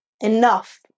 enough